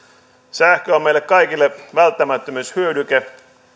sähkö on meille kaikille välttämättömyyshyödyke